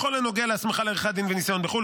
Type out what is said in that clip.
בכל הנוגע להסמכה לעריכת דין וניסיון בחו"ל,